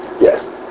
Yes